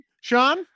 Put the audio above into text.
Sean